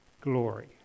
glory